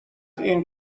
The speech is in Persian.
این